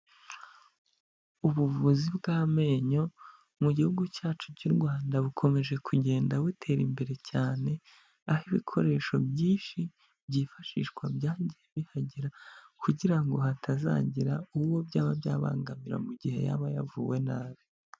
Ubuvuzi bw'amenyo mu gihugu cyacu cy'u Rwanda bukomeje kugenda butera imbere cyane, aho ibikoresho byinshi byifashishwa byagiye bihagera kugira ngo hatazagira uwo byaba byabangamira mu gihe yaba yavuwe nabi.